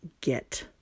get